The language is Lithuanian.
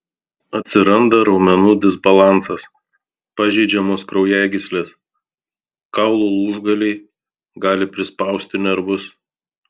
atsiranda raumenų disbalansas pažeidžiamos kraujagyslės kaulų lūžgaliai gali prispausti nervus